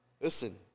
Listen